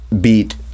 beat